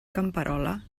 camperola